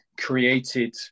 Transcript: created